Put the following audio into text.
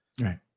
Right